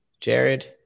Jared